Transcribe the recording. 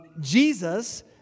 Jesus